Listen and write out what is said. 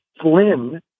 Flynn